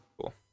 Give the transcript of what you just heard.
Cool